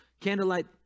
candlelight